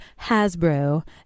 Hasbro